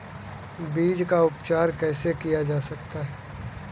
बीज का उपचार कैसे किया जा सकता है?